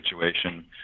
situation